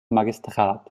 magistrat